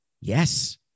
Yes